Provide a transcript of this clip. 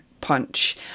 punch